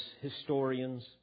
historians